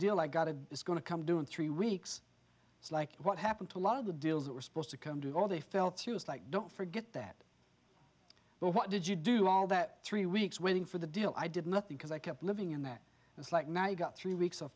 deal i got it is going to come due in three weeks it's like what happened to a lot of the deals that were supposed to come to all they felt like don't forget that but what did you do all that three weeks waiting for the deal i did nothing because i kept living in that it's like now you got three weeks of